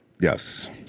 Yes